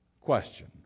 Question